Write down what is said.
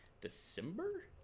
December